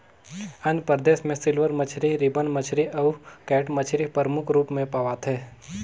आंध्र परदेस में सिल्वर मछरी, रिबन मछरी अउ कैट मछरी परमुख रूप में पवाथे